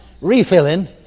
refilling